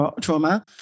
trauma